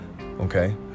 Okay